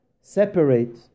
separate